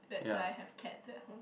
that I have cat at home